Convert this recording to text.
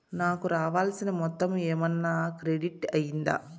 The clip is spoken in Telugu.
నాకు రావాల్సిన మొత్తము ఏమన్నా క్రెడిట్ అయ్యిందా